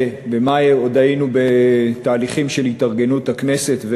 ובמאי עוד היינו בתהליכים של התארגנות הכנסת,